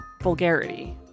vulgarity